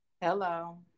Hello